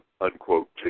unquote